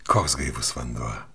koks gaivus vanduo